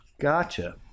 Gotcha